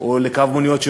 או לקו מוניות שירות.